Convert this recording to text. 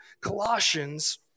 Colossians